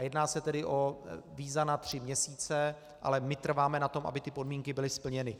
Jedná se tedy o víza na tři měsíce, ale my trváme na tom, aby podmínky byly splněny.